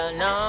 no